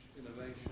innovation